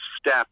step